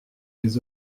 les